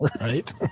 Right